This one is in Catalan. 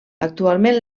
actualment